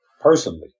personally